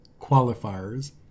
qualifiers